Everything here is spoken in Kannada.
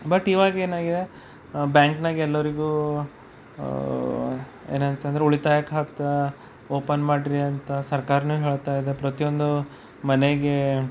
ಬಟ್ ಇವಾಗೇನಾಗಿದೆ ಬ್ಯಾಂಕ್ನಾಗ ಎಲ್ಲರಿಗೂ ಏನಂತಂದರೆ ಉಳಿತಾಯ ಖಾತೆ ಓಪನ್ ಮಾಡಿರಿ ಅಂತ ಸರ್ಕಾರಾನು ಹೇಳ್ತಾ ಇದೆ ಪ್ರತಿಯೊಂದು ಮನೆಗೆ